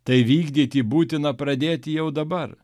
tai vykdyti būtina pradėti jau dabar